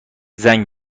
زنگ